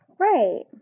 right